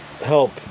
help